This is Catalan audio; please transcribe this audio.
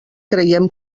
creiem